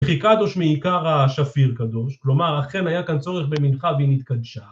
‫מחיקתו שמעיקר השפיר קדוש, ‫כלומר, אכן היה כאן צורך במנחה בנתקדשה.